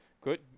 Good